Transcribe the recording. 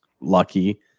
lucky